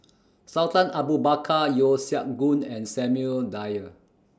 Sultan Abu Bakar Yeo Siak Goon and Samuel Dyer